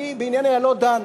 אני בענייניה לא דן.